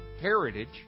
heritage